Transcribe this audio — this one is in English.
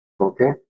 okay